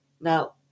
Now